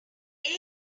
ann